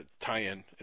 tie-in